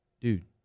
dude